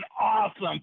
awesome